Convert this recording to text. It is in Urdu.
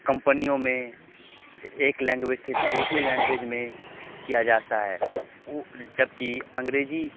کمپنیوں میں ایک لینگویج سے دوسری لینگویج میں کیا جاتا ہے جبکہ انگریزی